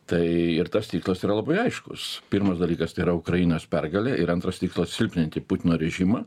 tai ir tas tikslas yra labai aiškus pirmas dalykas tai yra ukrainos pergalė ir antras tikslas silpninti putino režimą